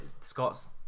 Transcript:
Scott's